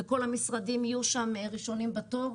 וכל המשרדים יהיו שם ראשונים בתור.